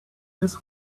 this